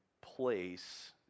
place